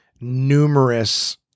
numerous